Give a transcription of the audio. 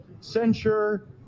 censure